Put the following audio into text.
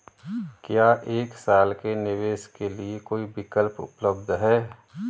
क्या एक साल के निवेश के लिए कोई विकल्प उपलब्ध है?